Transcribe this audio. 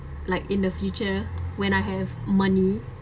like in the future when I have money